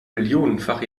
millionenfach